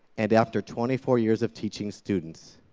and after twenty four years of teaching students,